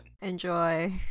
Enjoy